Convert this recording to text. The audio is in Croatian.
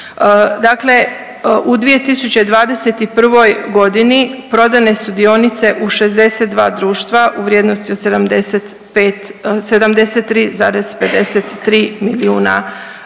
Dakle, u 2021. godini prodane su dionice u 62 društva u vrijednosti od 73,53 milijuna kuna.